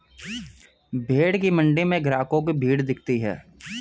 भेंड़ की मण्डी में ग्राहकों की भीड़ दिखती है